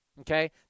Okay